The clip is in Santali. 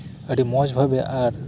ᱟᱹᱰᱤ ᱢᱚᱡ ᱞᱮᱠᱟᱛᱮ ᱟᱨ